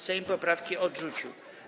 Sejm poprawki odrzucił.